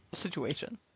Situation